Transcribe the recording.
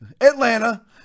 Atlanta